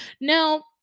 Now